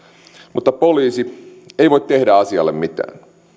mutta poliisi ei voi tehdä asialle mitään